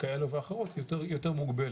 כאלה ואחרות יותר מוגבלת.